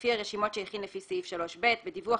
ולפי הרשימות שהכין לפי סעיף 3(ב)(1) ו-(3); בדיווח